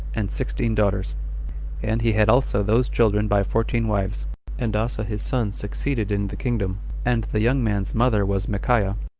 and sixteen daughters and he had also those children by fourteen wives and asa his son succeeded in the kingdom and the young man's mother was michaiah.